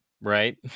right